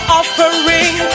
offering